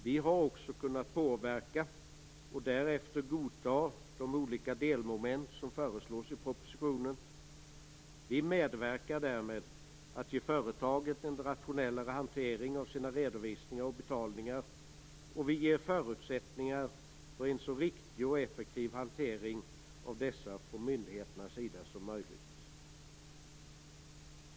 Vi har också kunnat påverka och därefter godta de olika delmoment som föreslås i propositionen. Vi medverkar därmed till att ge företagen en rationellare hantering av sina redovisningar och betalningar, och vi ger förutsättningar för en så riktig och effektiv hantering som möjligt av dessa från myndigheternas sida.